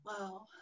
Wow